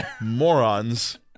Morons